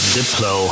Diplo